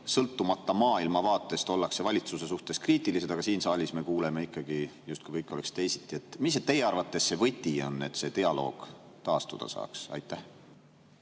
sõltumata maailmavaatest ollakse valitsuse suhtes kriitilised. Aga siin saalis me kuuleme ikkagi, justkui kõik on teisiti. Mis teie arvates on võti, et see dialoog taastuda saaks? Aitäh,